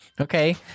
Okay